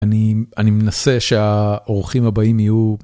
אני מנסה שהאורחים הבאים יהיו.